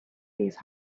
these